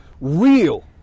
real